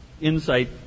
insight